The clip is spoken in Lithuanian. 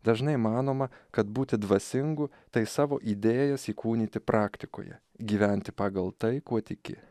dažnai manoma kad būti dvasingu tai savo idėjas įkūnyti praktikoje gyventi pagal tai kuo tiki